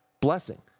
blessing